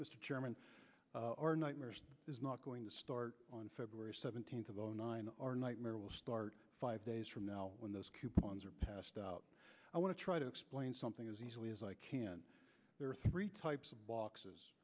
chairman or nightmare is not going to start on february seventeenth of zero nine or nightmare will start five days from now when those coupons are passed out i want to try to explain something as easily as i can there are three types of boxes